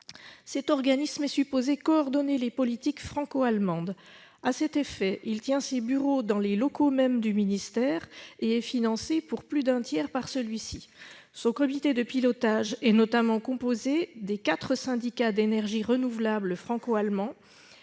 Cet organisme est supposé coordonner les politiques franco-allemandes. À cet effet, il a ses bureaux dans les locaux mêmes du ministère, et il est financé, pour plus d'un tiers, par celui-ci. Son comité de pilotage est notamment composé des quatre syndicats d'énergies renouvelables franco-allemands,